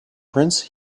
prince